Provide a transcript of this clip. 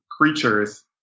creatures